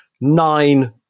nine